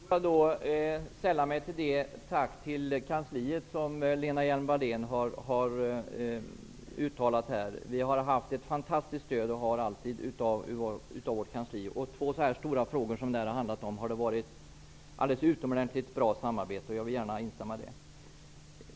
Herr talman! Låt mig sälla mig till det tack till kansliets personal som Lena Hjelm-Wallén har uttalat här. Vi har haft, och har alltid, ett fantastiskt stöd från vårt kansli. Vid dessa två stora frågor har det varit ett alldeles utomordentligt bra samarbete. Jag vill gärna instämma här.